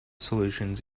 solutions